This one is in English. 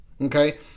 okay